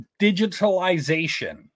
digitalization